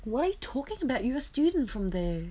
what are you talking about you a student from there